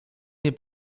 nie